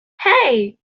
hey